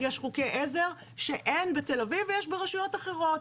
יש חוקי עזר שאין בתל אביב ויש ברשויות אחרות.